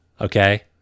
Okay